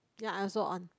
ya I also on